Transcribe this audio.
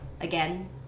Again